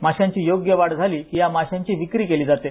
माशांची योग्य वाढ झाली कि या माशांची विक्री केली जाते